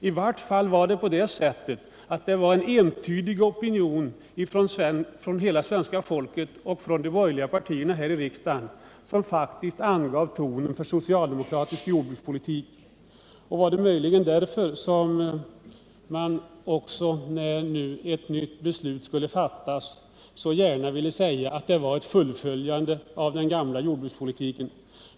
I varje fall förelåg en entydig opinion från hela svenska folket och från de borgerliga partierna här i riksdagen, som faktiskt angav tonen för socialdemokratisk jordbrukspolitik. Är det möjligen därför man nu, när ett nytt beslut skall fattas, så gärna vill tala om ett fullföljande av den gamla jordbrukspolitiken?